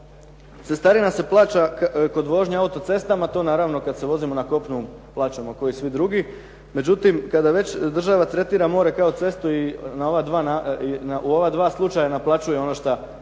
cestarina se plaća kod vožnje autocestama, to naravno kada se vozimo na kopnu plaćamo kao i svi drugi. Međutim, kada već država tretira more kao cestu i u ova dva slučaja naplaćuje ono što